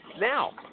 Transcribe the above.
Now